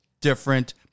different